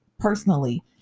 Personally